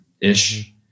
ish